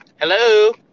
Hello